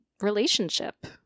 relationship